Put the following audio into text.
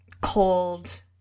cold